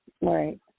Right